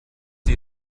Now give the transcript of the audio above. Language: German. sie